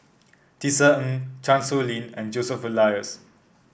Tisa Ng Chan Sow Lin and Joseph Elias